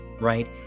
Right